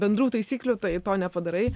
bendrų taisyklių tai to nepadarai